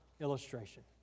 illustration